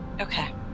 Okay